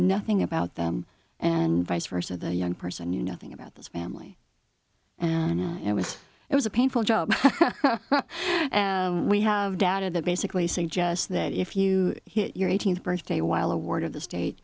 nothing about them and vice versa the young person knew nothing about this family and it was it was a painful job and we have doubted that basically suggests that if you hit your eighteenth birthday while a ward of the state